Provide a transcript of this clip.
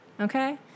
Okay